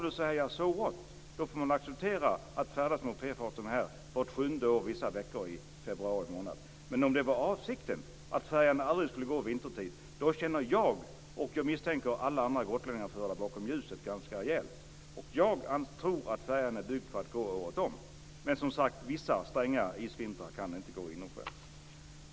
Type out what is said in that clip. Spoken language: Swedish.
Det får man acceptera vart sjunde år, ett par veckor i februari månad. Men om avsikten var att färjan aldrig skulle gå vintertid, känner jag mig - och andra gotlänningar - förd bakom ljuset. Jag tror att färjan är byggd för att gå året om, men vissa stränga isvintrar kan den inte gå inomskärs.